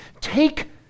take